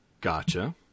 Gotcha